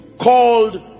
called